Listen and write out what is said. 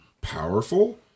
powerful